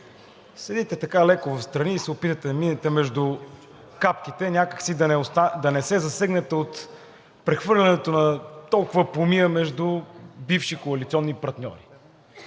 Седите така леко встрани и се опитвате да минете между капките, някак си да не се засегнете от прехвърлянето на толкова помия между бивши коалиционни партньори.